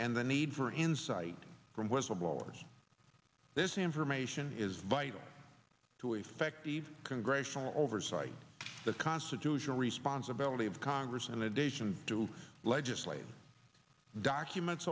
and the need for insight from whistleblowers this information is vital to effective congressional oversight the constitutional responsibility of congress in addition to legislation documents